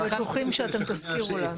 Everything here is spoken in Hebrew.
אנחנו בטוחים שאתם תזכירו לנו.